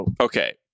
Okay